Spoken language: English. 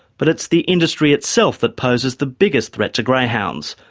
but it's the industry itself that poses the biggest threat to greyhounds,